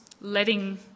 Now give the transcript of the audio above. letting